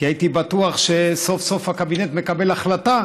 כי הייתי בטוח שסוף-סוף הקבינט מקבל החלטה